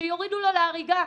שיורידו לו להריגה.